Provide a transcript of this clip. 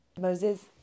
Moses